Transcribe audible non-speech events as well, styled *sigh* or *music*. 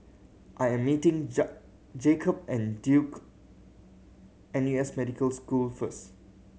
I am meeting *unintelligible* Jakob at Duke N U S Medical School first